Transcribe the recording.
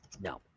no